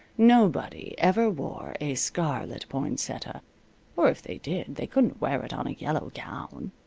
nobody ever wore a scarlet poinsettia or if they did, they couldn't wear it on a yellow gown.